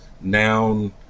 noun